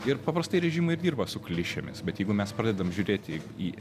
ir paprastai režimai ir dirba su klišėmis bet jeigu mes pradedam žiūrėti į